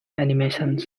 animations